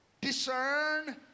discern